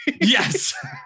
Yes